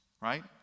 right